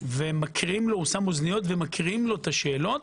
ומקריאים לו באוזניות את השאלות.